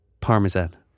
Parmesan